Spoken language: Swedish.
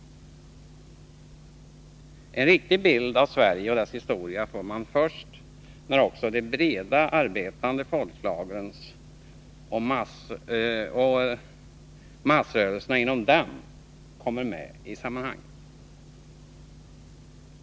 En riktig bild av Sverige och dess historia får man först när också de breda, arbetande folklagren och massrörelserna inom dem kommer med i sammanhanget.